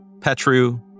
Petru